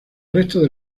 restos